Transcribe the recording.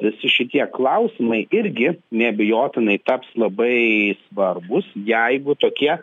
visi šitie klausimai irgi neabejotinai taps labai svarbūs jeigu tokie